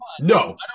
No